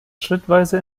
schrittweise